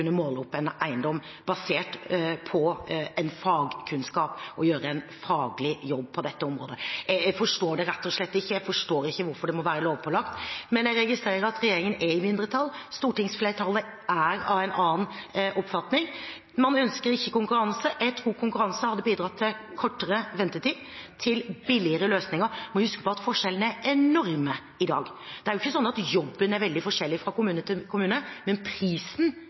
måle opp en eiendom basert på en fagkunnskap og gjøre en faglig jobb på dette området. Jeg forstår det rett og slett ikke. Jeg forstår ikke hvorfor det må være lovpålagt. Men jeg registrerer at regjeringen er i mindretall. Stortingsflertallet er av en annen oppfatning. Man ønsker ikke konkurranse. Jeg tror konkurranse hadde bidratt til kortere ventetid og billigere løsninger. Man må huske på at forskjellene er enorme i dag. Det er ikke slik at jobben er veldig forskjellig fra kommune til kommune, men prisen